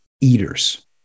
eaters